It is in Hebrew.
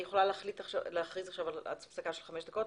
אני יכולה להכריז עכשיו על הפסקה של חמש דקות,